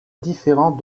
différents